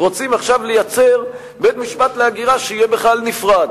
רוצים עכשיו לייצר בית-משפט להגירה שיהיה בכלל נפרד.